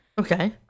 Okay